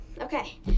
Okay